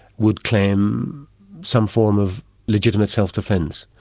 would claim some form of legitimate self-defence.